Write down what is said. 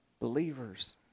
believers